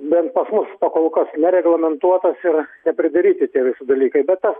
bent pas mus pakolkas nereglamentuotas ir nepridaryti tie visi dalykai be tas